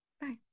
bye